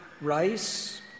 rice